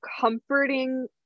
comforting